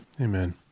Amen